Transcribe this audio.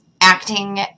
acting